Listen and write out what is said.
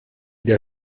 der